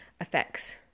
effects